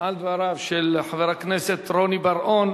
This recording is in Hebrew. על דבריו של חבר הכנסת רוני בר-און,